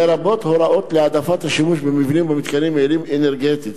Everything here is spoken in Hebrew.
לרבות הוראות להעדפת השימוש במבנים ובמתקנים יעילים אנרגטית